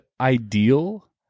ideal